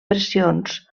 pressions